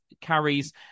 carries